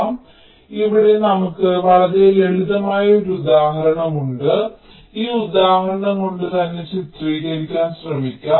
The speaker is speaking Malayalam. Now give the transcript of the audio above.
അതിനാൽ ഇവിടെ നമുക്ക് വളരെ ലളിതമായ ഒരു ഉദാഹരണം ഉണ്ട് നമുക്ക് ഈ ഉദാഹരണം കൊണ്ട് തന്നെ ചിത്രീകരിക്കാൻ ശ്രമിക്കാം